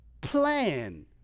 plan